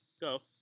go